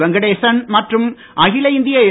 வெங்கடேசன் மற்றும் அகில இந்திய என்